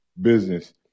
business